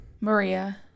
Maria